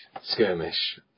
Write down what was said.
skirmish